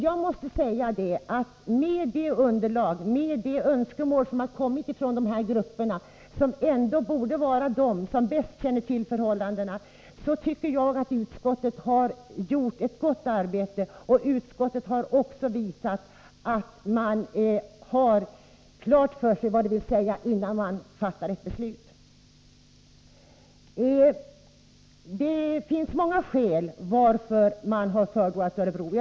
Jag måste säga att utskottet, med det föreliggande underlaget som grund och med beaktande av de önskemål som framförts från de grupper som ändå borde vara de som bäst känner till förhållandena, har gjort ett gott arbete. Utskottet har också visat att man har haft klart för sig vad man velat säga innan man fattat ett beslut. Det finns många skäl till att man föredragit Örebro som lokaliseringsort.